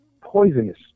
poisonous